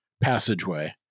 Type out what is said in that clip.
passageway